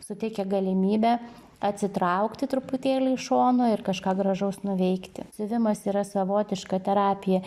suteikia galimybę atsitraukti truputėlį iš šono ir kažką gražaus nuveikti siuvimas yra savotiška terapija